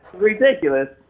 ridiculous.